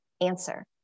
answer